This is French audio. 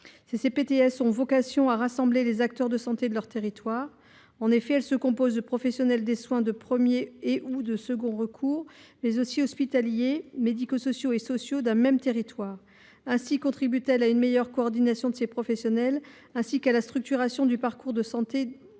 Ces CPTS ont vocation à rassembler les « acteurs de santé » de leur territoire. En effet, elles se composent de professionnels des soins de premier ou de second recours, mais aussi hospitaliers, médico sociaux et sociaux d’un même territoire. Ainsi contribuent elles à une meilleure coordination de ces professionnels de même qu’à la structuration des parcours de santé des